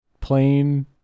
Plain